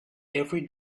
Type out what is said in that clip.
every